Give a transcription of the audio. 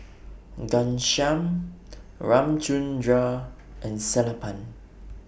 Ghanshyam Ramchundra and Sellapan